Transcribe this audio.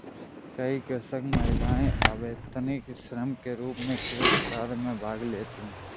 कई कृषक महिलाएं अवैतनिक श्रम के रूप में कृषि कार्य में भाग लेती हैं